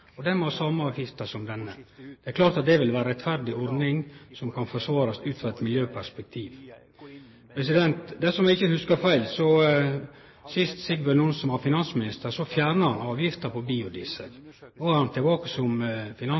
og må ha same avgift som denne. Det er klart at det ville ha vore ei rettferdig ordning som kan forsvarast ut ifrå eit miljøperspektiv. Dersom eg ikkje hugsar feil, fjerna Sigbjørn Johnsen avgifta på biodiesel sist han var finansminister. No er han tilbake som finansminister og innfører denne avgifta på